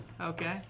Okay